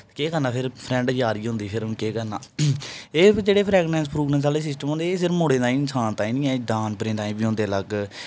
केह् करना फिर फ्रैंड यारी होंदी फिर केह् करना एह् जेह्ड़े फ्रैगनस फ्रुगनेस आह्ले सिस्टम होंदे एह् सिर्फ मुड़े ताहीं इंसान ताहीं नेईं ऐ एह् जानवरे ताहीं बी होंदे अलग